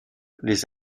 les